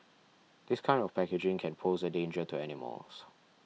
this kind of packaging can pose a danger to animals